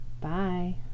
bye